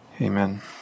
Amen